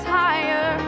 higher